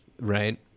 Right